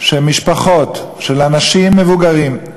שמשפחות של אנשים מבוגרים,